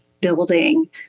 building